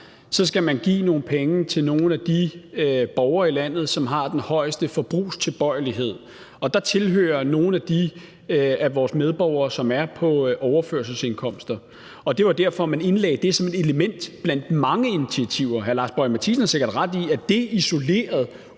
så skal man give nogle penge til nogle af de borgere i landet, som har den højeste forbrugstilbøjelighed. Og til dem hører nogle af de af vores medborgere, som er på overførselsindkomster, og det var derfor, man indlagde det som et element blandt mange initiativer. Hr. Lars Boje Mathiesen har sikkert ret i, at det isoleret